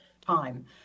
time